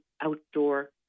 outdoor